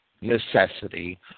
necessity